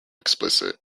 explicit